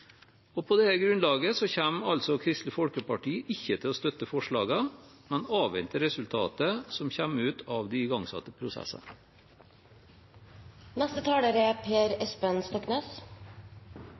På dette grunnlaget kommer altså Kristelig Folkeparti ikke til å støtte forslagene, men avvente resultatet som kommer ut av de igangsatte